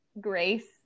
grace